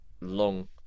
long